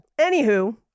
Anywho